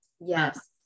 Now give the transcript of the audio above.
Yes